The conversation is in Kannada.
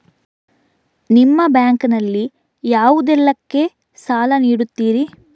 ನಿಮ್ಮ ಬ್ಯಾಂಕ್ ನಲ್ಲಿ ಯಾವುದೇಲ್ಲಕ್ಕೆ ಸಾಲ ನೀಡುತ್ತಿರಿ?